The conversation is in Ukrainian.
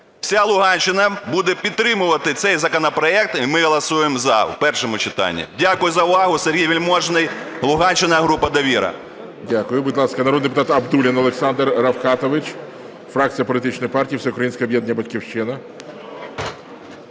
вся Луганщина буде підтримувати цей законопроект. І ми голосуємо "за" у першому читанні. Дякую за увагу. Сергій Вельможний, Луганщина, група "Довіра". ГОЛОВУЮЧИЙ. Дякую. Будь ласка, народний депутат Абдуллін Олександр Рафкатович, фракція політичної партії Всеукраїнське об'єднання "Батьківщина".